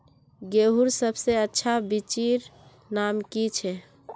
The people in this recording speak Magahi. गेहूँर सबसे अच्छा बिच्चीर नाम की छे?